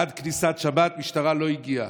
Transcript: עד כניסת שבת משטרה לא הגיעה.